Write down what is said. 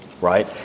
right